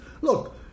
Look